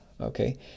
okay